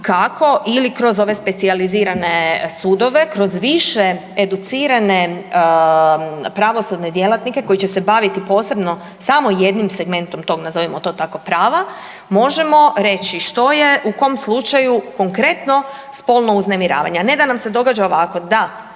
kako ili kroz ove specijalizirane sudove, kroz više educirane pravosudne djelatnike koji će se baviti posebno samo jednim segmentom tom, nazovimo to tako prava, možemo reći što je u kom slučaju konkretno spolno uznemiravanje, a ne da nam se događa ovako da